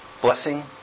Blessing